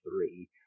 three